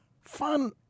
Fun